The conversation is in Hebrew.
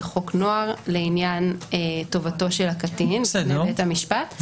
לחוק נוער לעניין טובתו של הקטין בבית המשפט.